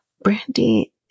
Brandy